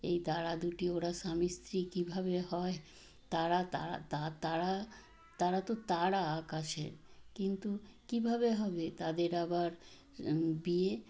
এই তারা দুটি ওরা স্বামী স্ত্রী কীভাবে হয় তারা তারা তা তারা তারা তো তারা আকাশের কিন্তু কীভাবে হবে তাদের আবার বিয়ে